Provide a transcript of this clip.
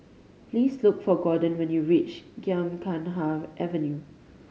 please look for Gordon when you reach Gymkhana Avenue